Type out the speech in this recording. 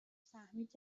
فهمید